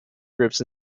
groups